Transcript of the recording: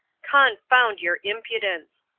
confound your impudence!